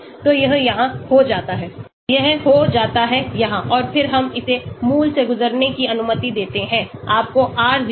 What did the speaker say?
तो यह यहां हो जाता है यह हो जाता है यहां और फिर हम इसे मूल से गुजरने की अनुमति देते हैं आपको r0 और r0 डैश मिलता है